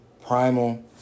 primal